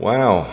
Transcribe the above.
Wow